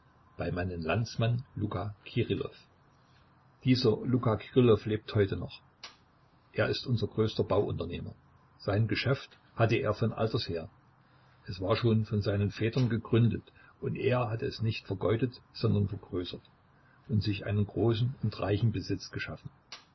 bei meinem landsmann luka kirillow dieser luka kirillow lebt heute noch er ist unser größter bauunternehmer sein geschäft hatte er von altersher es war schon von seinen vätern begründet und er hatte es nicht vergeudet sondern vergrößert und sich einen großen und reichen besitz geschaffen